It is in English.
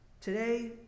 Today